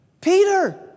Peter